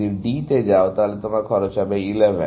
তুমি যদি D তে যাও তাহলে খরচ হবে 11